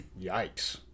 Yikes